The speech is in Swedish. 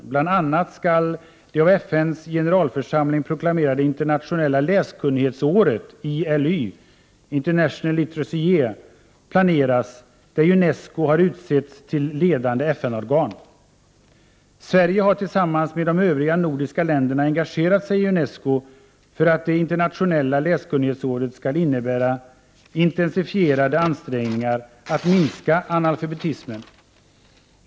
Bl.a. skall det av FN:s generalförsamling proklamerade internationella läskunnighetsåret ILY — International Literacy Year — planeras, där Unesco har utsetts till ledande FN-organ. Sverige har tillsammans med de övriga nordiska länderna engagerat sig i Unesco för att det internationella läskunnighetsåret skall innebära intensifierade ansträngningar att minska analfabetismen.